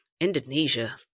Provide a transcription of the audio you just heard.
Indonesia